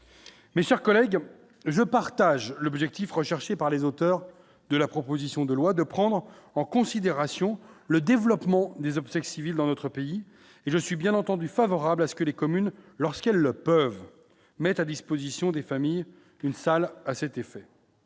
Mais chers, collègue, je partage l'objectif recherché par les auteurs de la proposition de loi de prendre en considération le développement des obsèques civiles dans notre pays et je suis bien entendu favorable à ce que les communes lorsqu'elles le peuvent mettre à disposition des familles, une salle à cet effet.